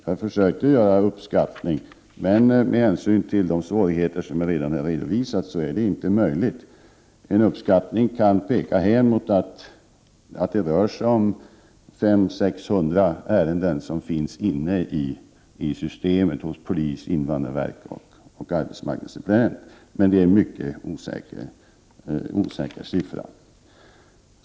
Jag har försökt att göra en uppskattning, men med hänsyn till de svårigheter som jag redan har redovisat är det inte möjligt. En uppskattning kan peka hän mot att det rör sig om 500—600 ärenden som finns i systemet hos polisen, invandrarverket och arbetsmarknadsdepartementet. Men det är mycket osäkra siffror.